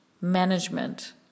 management